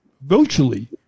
virtually